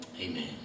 Amen